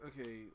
okay